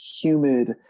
humid